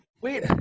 Wait